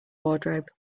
wardrobe